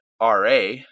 RA